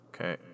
Okay